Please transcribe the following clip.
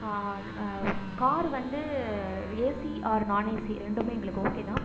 car வந்து AC or non AC ரெண்டுமே எங்களுக்கு ஓகே தான்